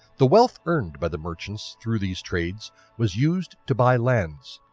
the wealth earned by the merchants through these trades was used to buy lands.